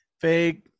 fake